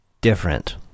different